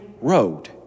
road